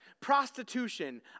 prostitution